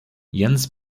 jens